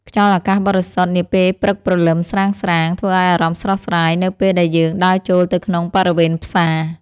ខ្យល់អាកាសបរិសុទ្ធនាពេលព្រលឹមស្រាងៗធ្វើឱ្យអារម្មណ៍ស្រស់ស្រាយនៅពេលដែលយើងដើរចូលទៅក្នុងបរិវេណផ្សារ។